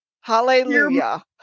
Hallelujah